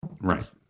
Right